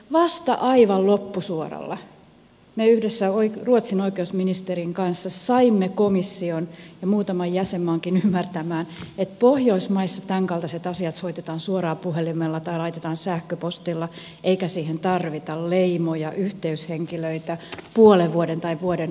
vasta aivan loppusuoralla me yhdessä ruotsin oikeusministerin kanssa saimme komission ja muutaman jäsenmaankin ymmärtämään että pohjoismaissa tämänkaltaiset asiat soitetaan suoraan puhelimella tai laitetaan sähköpostilla eikä siihen tarvita leimoja yhteyshenkilöitä puolen vuoden tai vuoden odotusta